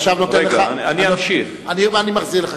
אני עכשיו נותן לך, אני מחזיר לך.